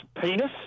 penis